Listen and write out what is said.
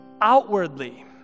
outwardly